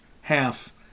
half